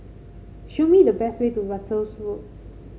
show me the best way to Ratus Road